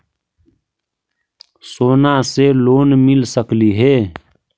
सोना से लोन मिल सकली हे?